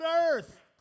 earth